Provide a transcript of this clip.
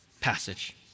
passage